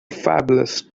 fabulous